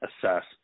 assess